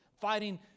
fighting